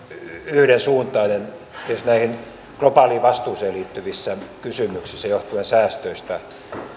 yhdensuuntainen tietysti näissä globaaliin vastuuseen liittyvissä kysymyksissä johtuen säästöistä